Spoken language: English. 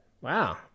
Wow